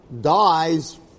dies